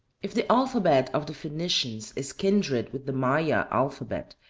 if the alphabet of the phoenicians is kindred with the maya alphabet,